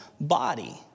body